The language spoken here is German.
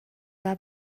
war